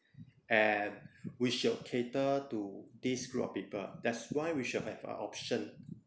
and we you cater to this group of people that's why we should have a option